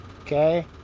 Okay